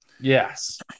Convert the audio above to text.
Yes